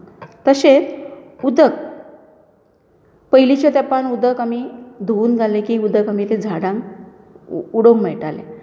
तशेंच उदक पयलींच्या तेंपार उदक आमी धुवन घालें की उदक आमी तें झाडांक उडोवूंक मेळटालें